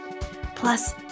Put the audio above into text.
Plus